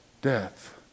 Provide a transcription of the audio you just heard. Death